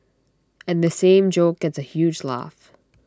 and the same joke gets A huge laugh